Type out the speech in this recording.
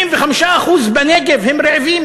75% בנגב, הם רעבים.